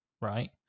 right